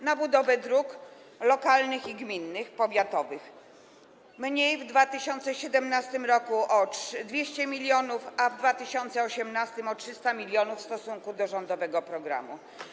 Na budowę dróg lokalnych, gminnych i powiatowych - mniej w 2017 r. o 200 mln, a w 2018 r. o 300 mln w stosunku do rządowego programu.